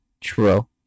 true